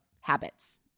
habits